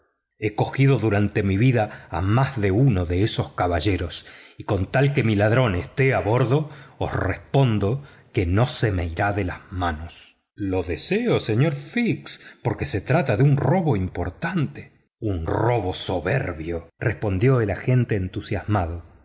he agarrado durante mi vida a más de uno de esos caballeros y con tal que mi ladrón esté a bordo os respondo que no se me irá de las manos lo deseo señor fix porque se trata de un robo importante un robo soberbio respondió el agente entusiasmado